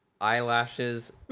eyelashes